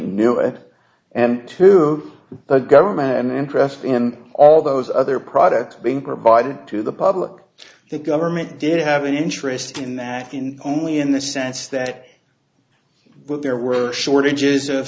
knew it and to the government and impressed in all those other products being provided to the public the government did have an interest in that in only in the sense that well there were shortages of